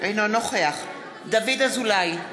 אינו נוכח דוד אזולאי,